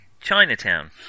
Chinatown